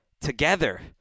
together